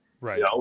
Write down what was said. Right